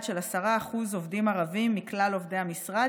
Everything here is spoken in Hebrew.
של 10% עובדים ערבים מכלל עובדי המשרד,